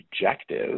objective